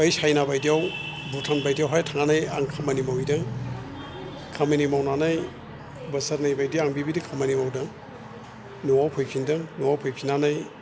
बै साइना बायदियाव भुटान बायदियावहाय थांनानै आं खामानि मावहैदों खामानि मावनानै बोसोरनै बायदि आं बिबायदि खामानि मावदों नआव फैफिनदों न'आव फैफिननानै